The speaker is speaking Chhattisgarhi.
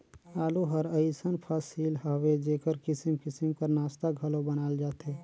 आलू हर अइसन फसिल हवे जेकर किसिम किसिम कर नास्ता घलो बनाल जाथे